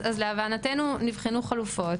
להבנתנו נבחנו חלופות.